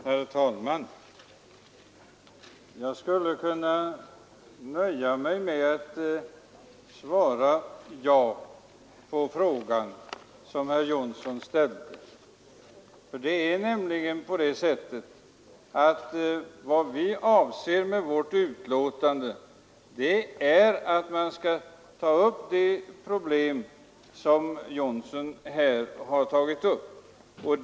Herr talman! Jag skulle kunna nöja mig med att svara ja på den fråga som herr Jonsson i Alingsås ställde. Vad vi avser med vårt betänkande är nämligen att man skall ta upp de problem som herr Jonsson nämnde.